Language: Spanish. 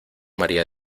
maría